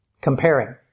comparing